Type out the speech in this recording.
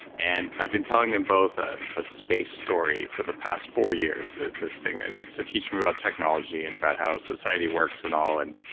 and i've been telling them both a ah space story for the past four years. this thing and it's to teach them about technology and about how society works and all, and